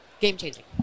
game-changing